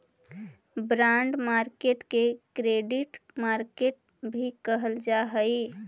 bond market के credit market भी कहल जा हइ